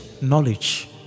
knowledge